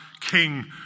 king